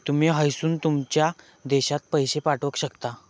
तुमी हयसून तुमच्या देशात पैशे पाठवक शकता